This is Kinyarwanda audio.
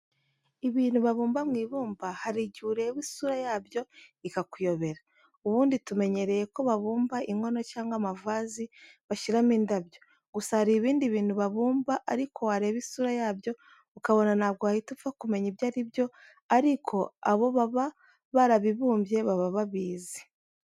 Ibintu babumba mu ibumba hari igihe ureba isura yabyo ikakuyobera. Ubundi tumenyereye ko babumba inkono cyangwa amavazi bashyiramo indabyo, gusa hari ibindi bintu babumba ariko wareba isura yabyo ukabona ntabwo wahita upfa kumenya ibyo ari by ariko abo baba barabibumbye baba babizi.